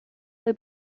fue